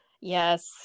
Yes